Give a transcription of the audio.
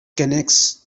connects